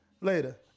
Later